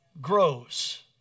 grows